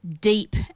deep